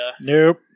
Nope